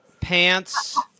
pants